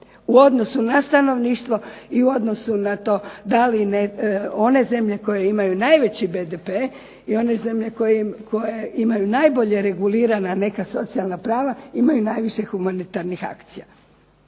u odnosu na stanovništvo i u odnosu na to da li one zemlje koje imaju najveći BDP i one zemlje koje imaju najbolje regulirana neka socijalna prava imaju najviše humanitarnih akcija.